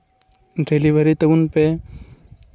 delivery ᱛᱟᱵᱚᱱ ᱯᱮ